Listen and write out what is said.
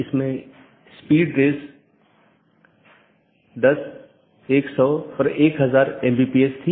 AS number जो network के माध्यम से मार्ग का वर्णन करता है एक BGP पड़ोसी अपने साथियों को पाथ के बारे में बताता है